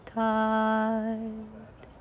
tide